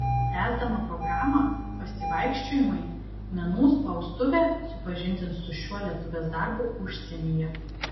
tęsdama programą pasivaikščiojimai menų spaustuvė supažindins su šiuo lietuvės darbu užsienyje